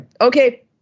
okay